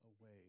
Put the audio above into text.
away